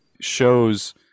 shows